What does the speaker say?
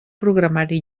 programari